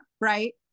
right